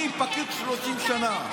אני פקיד 30 שנה,